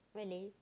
really